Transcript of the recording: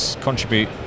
contribute